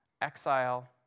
exile